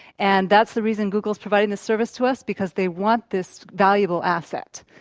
and that's the reason google is providing this service to us because they want this valuable asset.